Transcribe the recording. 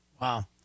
Wow